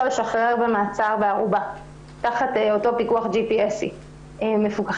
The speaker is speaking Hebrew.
לשחרר ממעצר בערובה תחת אותו פיקוח GPS מפוקחים,